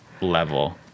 level